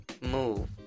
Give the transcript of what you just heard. move